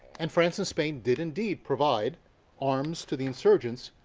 and france and spain did, indeed, provide arms to the insurgents,